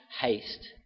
haste